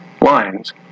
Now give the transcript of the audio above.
lines